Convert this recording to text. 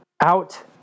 out